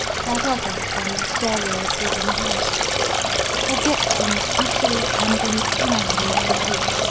that other on the stairway at wyvern house forget them utterly and entirely, mr. cleek.